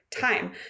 time